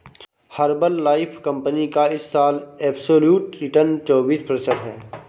Herbalife company का इस साल एब्सोल्यूट रिटर्न चौबीस प्रतिशत है